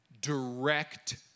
direct